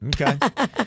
Okay